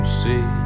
see